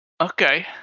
Okay